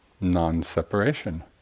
non-separation